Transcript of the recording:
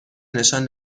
نشان